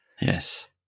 Yes